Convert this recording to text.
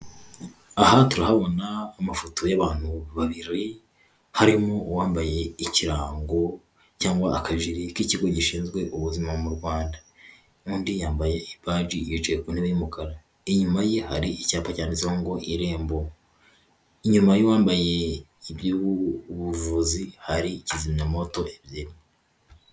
Aha turahabona amafoto y'abantu babiri harimo uwambaye ikirango cyangwa akajiri k'ikigo gishinzwe ubuzima mu Rwanda n'undi yambaye ibaji yicaye ku ntebe y'umukara, inyuma ye hari icyapa cyaditseho ngo irembo inyuma y'uwambaye iby'ubu buvuzi hari kizimya myoto ebyiri.